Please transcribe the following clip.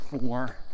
four